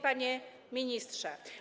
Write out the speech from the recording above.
Panie Ministrze!